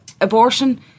abortion